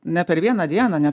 ne per vieną dieną ne